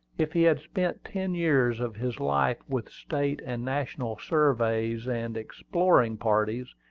if he had spent ten years of his life with state and national surveys and exploring parties,